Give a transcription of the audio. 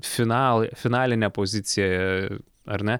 finalą finalinę poziciją ar ne